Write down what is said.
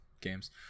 games